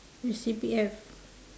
his C_P_F